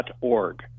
.org